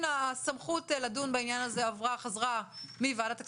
הנה הסמכות לדון בעניין הזה חזרה מוועדת הכספים,